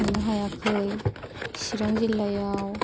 थांनो हायाखै चिरां जिल्लायाव